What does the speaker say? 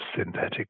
synthetic